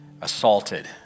assaulted